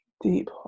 deep